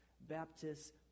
Baptists